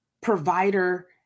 provider